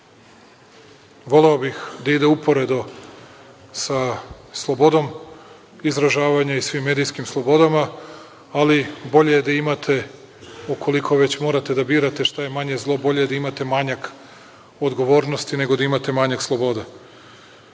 Voleo bih da ide uporedo sa slobodom izražavanja i svim medijskim slobodama, ali bolje je da imate, ukoliko već morate da birate šta je manje zlo, bolje je da imate manjak odgovornosti nego da imate manjak sloboda. Uprkos